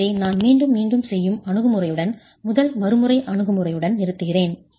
எனவே நான் மீண்டும் மீண்டும் செய்யும் அணுகுமுறையுடன் முதல் மறுமுறை அணுகுமுறையுடன் நிறுத்துகிறேன்